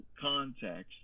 context